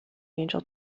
angel